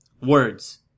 Words